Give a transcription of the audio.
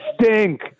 stink